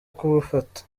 kubafata